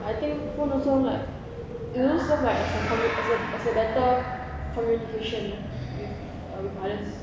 I think phone also like you know serve like as a better communication with with others